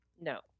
No